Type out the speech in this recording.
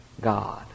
God